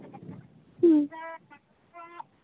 ᱦᱮᱸ